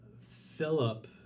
Philip